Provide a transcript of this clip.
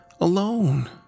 alone